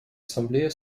ассамблея